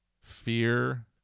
Fear